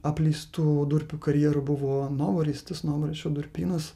apleistų durpių karjerų buvo novaraistis novaraisčio durpynas